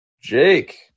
Jake